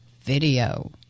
video